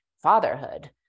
Fatherhood